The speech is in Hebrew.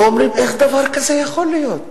ואומרים: איך דבר כזה יכול להיות?